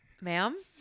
Ma'am